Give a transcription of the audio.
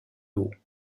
haut